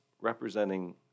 representing